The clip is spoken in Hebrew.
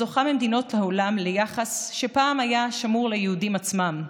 הזוכה ממדינות העולם ליחס שפעם היה שמור ליהודים עצמם,